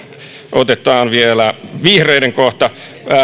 otetaan esiin vihreiden kohta